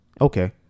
okay